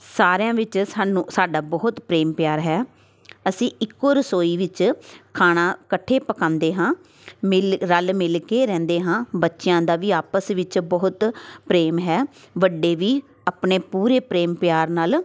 ਸਾਰਿਆਂ ਵਿੱਚ ਸਾਨੂੰ ਸਾਡਾ ਬਹੁਤ ਪ੍ਰੇਮ ਪਿਆਰ ਹੈ ਅਸੀਂ ਇੱਕੋ ਰਸੋਈ ਵਿੱਚ ਖਾਣਾ ਇਕੱਠੇ ਪਕਾਉਂਦੇ ਹਾਂ ਮਿਲ ਰਲ ਮਿਲ ਕੇ ਰਹਿੰਦੇ ਹਾਂ ਬੱਚਿਆਂ ਦਾ ਵੀ ਆਪਸ ਵਿੱਚ ਬਹੁਤ ਪ੍ਰੇਮ ਹੈ ਵੱਡੇ ਵੀ ਆਪਣੇ ਪੂਰੇ ਪ੍ਰੇਮ ਪਿਆਰ ਨਾਲ